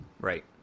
Right